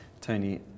Tony